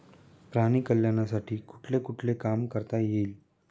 प्राणी कल्याणासाठी कुठले कुठले काम करता येईल?